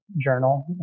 journal